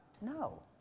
No